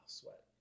sweat